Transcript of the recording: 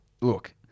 look